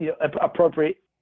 appropriate